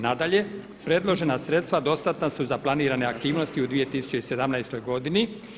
Nadalje, predložena sredstva dostatna su za planirane aktivnosti u 2017. godini.